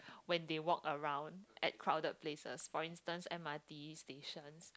when they walk around at crowded places for instance M_R_T stations